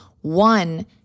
one